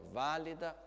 valida